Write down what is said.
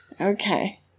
Okay